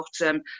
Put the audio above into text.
bottom